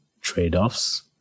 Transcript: trade-offs